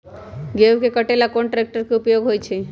गेंहू के कटे ला कोंन ट्रेक्टर के उपयोग होइ छई?